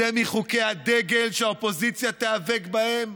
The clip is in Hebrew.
זה מחוקי הדגל שהאופוזיציה תיאבק בהם,